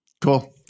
Cool